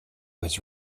was